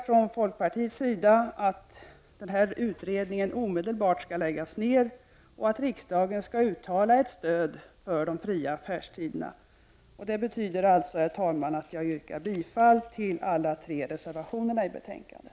Från folkpartiets sida yrkar vi att utredningen omedelbart skall läggas ned och att riksdagen skall uttala sitt stöd för de fria affärstiderna. Det betyder, herr talman, att jag yrkar bifall till alla tre reservationerna i betänkandet.